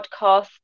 podcast